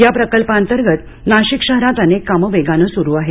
या प्रकल्पाअंतर्गत नाशिक शहरात अनेक कामं वेगाने सुरू आहेत